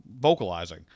vocalizing